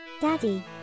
Daddy